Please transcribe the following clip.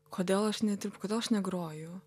kodėl aš nedirbu kodėl aš negroju